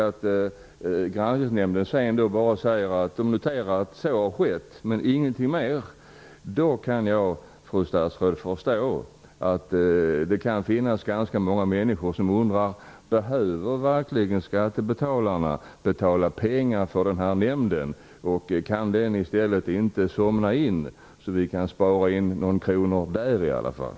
Granskningsnämnden noterar då bara att så har skett men ingenting mera händer. Då kan jag förstå att det kan finnas ganska många människor som undrar om skattebetalarna verkligen behöver betala pengar till denna nämnd, om den inte kan somna in i stället, så att vi kan spara in några kronor där i alla fall.